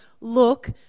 look